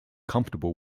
comfortable